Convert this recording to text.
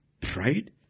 Pride